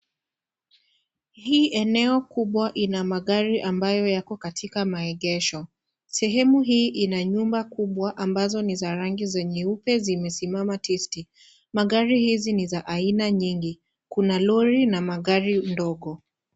Hii eneo kubwa, ina magari ambayo yako katika maegesho ,sehemu hii ina nyumba kubwa ambazo ni za rangi za nyeupe ambazo zimesimama tisti. Magari hizi ni za aina nyingi, kuna lori na gari mdogo.